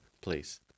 place